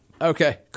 Okay